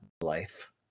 life